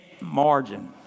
margin